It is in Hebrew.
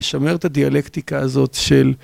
‫לשמר את הדיאלקטיקה הזאת של...